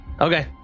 Okay